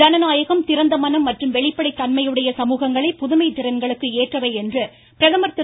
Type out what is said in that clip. ஜனநாயகம் திறந்த மனம் மற்றும் வெளிப்படை தன்மையுடைய சமூகங்களே புதுமை திறன்களுக்கு ஏற்றவை என்று பிரதமர் திரு